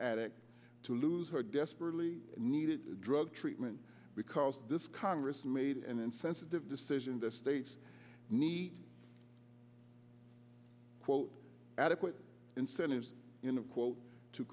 addict to lose her desperately needed drug treatment because this congress made an insensitive decision that states need quote adequate incentives in a quote to